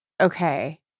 okay